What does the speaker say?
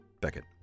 Beckett